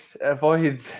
avoid